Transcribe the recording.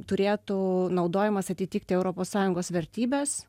turėtų naudojimas atitikti europos sąjungos vertybes